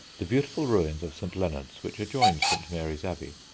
the beautiful ruins of st. leonard's, which adjoined st. mary's abbey,